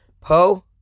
po